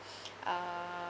uh